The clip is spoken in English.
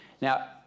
Now